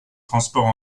transports